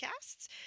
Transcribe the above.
podcasts